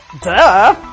duh